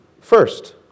first